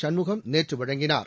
சண்முகம் நேற்று வழங்கினார்